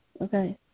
Okay